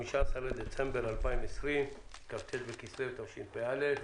היום ה-15 בדצמבר 2020 כ"ט בכסלו תשפ"א.